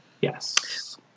Yes